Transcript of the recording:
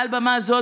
מעל במה זו,